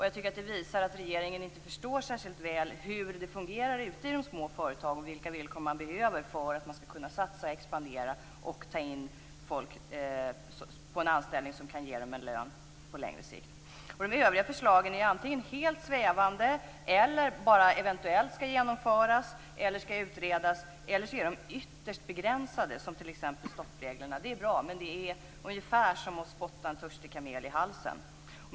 Jag tycker att det visar att regeringen inte särskilt väl förstår hur det fungerar ute i de små företagen och vilka villkor de behöver för att kunna satsa, expandera och ta in folk på en anställning som kan ge lön på längre sikt. De övriga förslagen är antingen helt svävande eller också skall de bara eventuellt genomföras eller utredas eller också är de ytterst begränsade, som stoppreglerna. Det sistnämnda förslaget är bra, men det är ungefär som att spotta en törstig kamel i halsen.